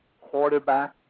quarterback